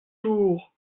jour